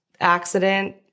accident